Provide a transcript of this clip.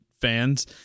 fans